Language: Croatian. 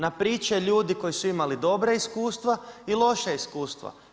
Na priče ljudi koji su imali dobra iskustva i loša iskustva.